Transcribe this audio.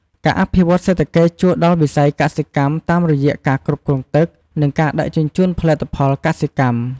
ការអភិវឌ្ឍន៍សេដ្ឋកិច្ច ជួយដល់វិស័យកសិកម្មតាមរយៈការគ្រប់គ្រងទឹក និងការដឹកជញ្ជូនផលិតផលកសិកម្ម។